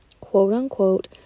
quote-unquote